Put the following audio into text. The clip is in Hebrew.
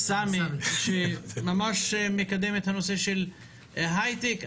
סעדי שממש מקדם את הנושא של ההייטק,